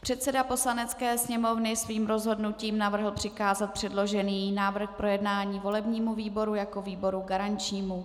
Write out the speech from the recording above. Předseda Poslanecké sněmovny svým rozhodnutím navrhl přikázat předložený návrh k projednání volebnímu výboru jako výboru garančnímu.